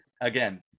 Again